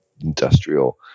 industrial